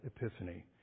epiphany